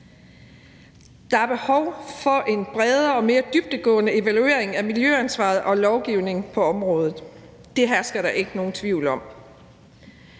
Der er behov for en bredere og mere dybdegående evaluering af miljøansvaret og lovgivningen på området. Det hersker der ikke nogen tvivl om.